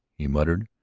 he muttered,